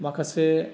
माखासे